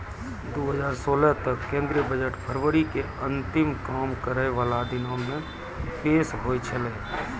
दु हजार सोलह तक केंद्रीय बजट फरवरी के अंतिम काम करै बाला दिनो मे पेश होय छलै